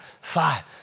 five